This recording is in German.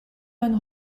ein